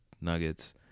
nuggets